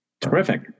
Terrific